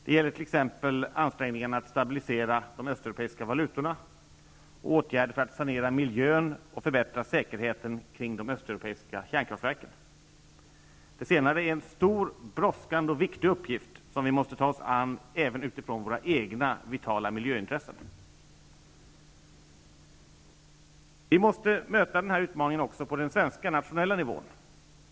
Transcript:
Det gäller t.ex. ansträngningarna att stabilisera de östeuropeiska valutorna och åtgärder för att sanera miljön och förbättra säkerheten kring de östeuropeiska kärnkraftverken. Det senare är en stor, brådskande och viktig uppgift som vi måste ta oss an även utifrån våra egna vitala miljöintressen. Vi måste möta den här utmaningen även på den svenska, nationella nivån.